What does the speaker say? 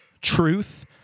truth